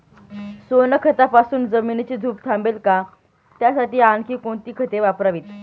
सोनखतापासून जमिनीची धूप थांबेल का? त्यासाठी आणखी कोणती खते वापरावीत?